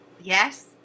Yes